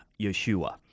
Yeshua